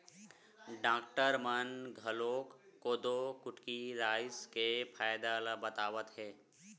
doctor मन घलोक कोदो, कुटकी, राई के फायदा ल बतावत हे